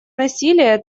насилия